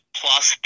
plus